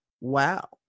wow